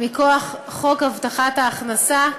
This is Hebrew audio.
מכוח חוק הבטחת ההכנסה,